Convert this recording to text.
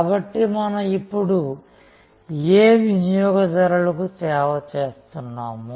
కాబట్టి మనం ఇప్పుడు ఏ వినియోగదారులకు సేవ చేస్తున్నాము